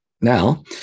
now